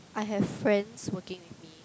I have friends working already